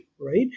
right